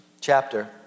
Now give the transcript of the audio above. chapter